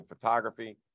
photography